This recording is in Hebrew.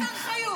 שאסתר חיות תנהל?